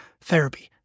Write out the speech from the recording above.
therapy